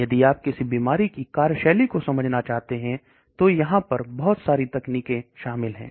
यदि आप किसी बीमारी की कार्यशैली को समझना चाहते हैं तो यहां पर बहुत सारी तकनीकी शामिल हैं